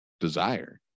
desire